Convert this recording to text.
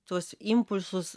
tuos impulsus